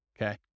Okay